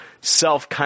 self